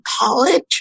college